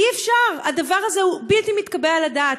אי-אפשר, הדבר הזה הוא בלתי מתקבל על הדעת.